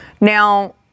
Now